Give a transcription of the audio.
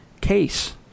Case